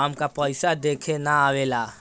हमका पइसा देखे ना आवेला?